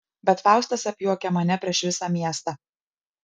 bet faustas apjuokia mane prieš visą miestą